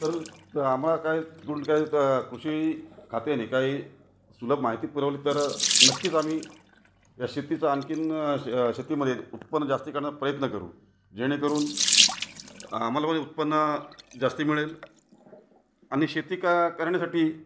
तर तर आम्हाला काही तिकडून काही कृषी खात्याने काही सुलभ माहिती पुरवली तर नक्कीच आम्ही या शेतीचा आणखी श शेतीमध्ये उत्पन्न जास्ती काढण्याचा प्रयत्न करू जेणेकरून आम्हाला म्हणजे उत्पन्न जास्ती मिळेल आणि शेती का करण्यासाठी